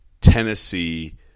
Tennessee